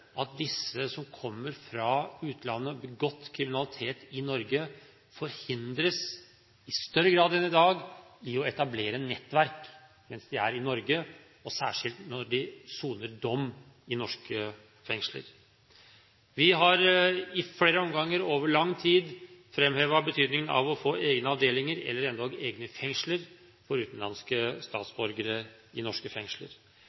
at de som kommer fra utlandet og har begått kriminalitet i Norge, i større grad enn i dag forhindres fra å etablere nettverk mens de er i Norge, og særskilt når de soner dom i norske fengsler. Vi har over lang tid i flere omganger framhevet betydningen av å få egne avdelinger eller endog egne fengsler for utenlandske statsborgere i norske fengsler.